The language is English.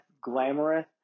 glamorous